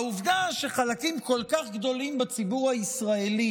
העובדה שחלקים כל כך גדולים בציבור הישראלי